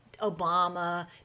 Obama